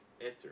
enter